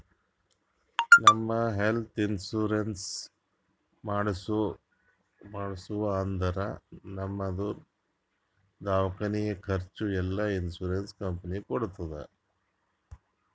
ನಾವ್ health insurance ಮಾಡ್ಸಿವ್ ಅಂದುರ್ ನಮ್ದು ದವ್ಕಾನಿ ಖರ್ಚ್ ಎಲ್ಲಾ ಇನ್ಸೂರೆನ್ಸ್ ಕಂಪನಿ ಕೊಡ್ತುದ್